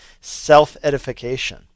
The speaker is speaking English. self-edification